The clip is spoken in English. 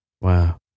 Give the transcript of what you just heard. Wow